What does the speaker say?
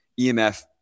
EMF